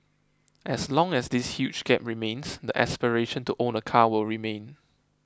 as long as this huge gap remains the aspiration to own a car will remain